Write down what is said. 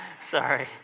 Sorry